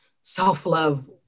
self-love